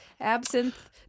Absinthe